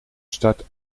start